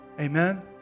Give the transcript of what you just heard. Amen